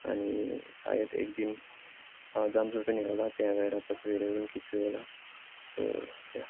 अनि सायद एकदिन जान्छु पनि होला त्यहाँ गएर तस्बिरहरू पनि खिच्छु होला सो या